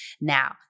Now